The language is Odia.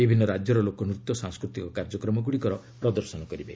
ବିଭିନ୍ନ ରାଜ୍ୟର ଲୋକନୃତ୍ୟ ସାଂସ୍କୃତିକ କାର୍ଯ୍ୟକ୍ରମଗୁଡ଼ିକର ପ୍ରଦର୍ଶନ କରିବେ